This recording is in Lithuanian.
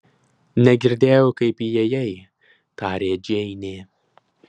negirdėjau kaip įėjai tarė džeinė